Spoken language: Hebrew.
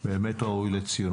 זה באמת ראוי לציון.